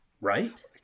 Right